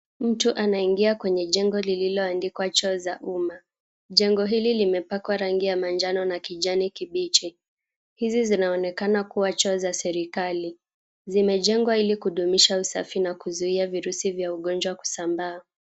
Mtu anaingia kwenye jengo lililoandikwa choo za umma. Jengo hili limepakwa rangi ya manjano na kijani kibichi. Hizi zinaonekana kuwa choo za serikali. Zimejengwa ili kudumisha usafi na kuzuia virusi vya ugonjwa kusambaa.